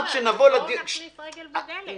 בסדר, אבל בואו נכניס רגל בדלת.